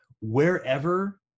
Wherever